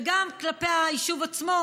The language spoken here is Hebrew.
וגם כלפי היישוב עצמו,